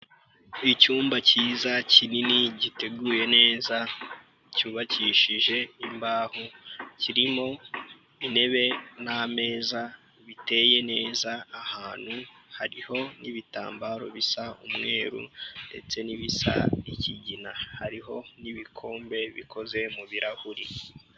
Icyumba cyiza kinini giteguye neza, cyubakishije imbaho, kirimo intebe n'ameza biteye neza, ahantu hariho n'ibitambaro bisa umweru ndetse n'ibisa ikigina, hariho n'ibikombe bikoze mu birahure.